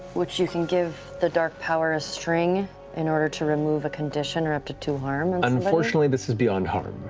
which you can give the dark power a string in order to remove a condition or up to two harm. matt unfortunately, this is beyond harm.